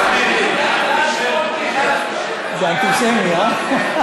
גפני, זה עלינו, גפני, הצעת חוק, זה אנטישמי, הא?